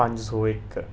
पंज सौ इक